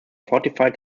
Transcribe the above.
fortified